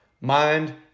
mind